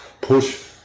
push